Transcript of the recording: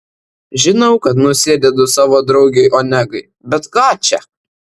žinau kad nusidedu savo draugei onegai bet ką čia